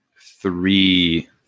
three